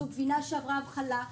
גבינה שעברה הבחלה,